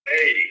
Hey